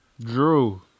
Drew